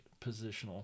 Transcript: positional